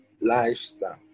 lifestyle